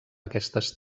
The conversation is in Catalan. aquestes